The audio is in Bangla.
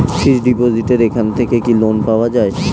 ফিক্স ডিপোজিটের এখান থেকে কি লোন পাওয়া যায়?